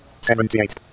Seventy-eight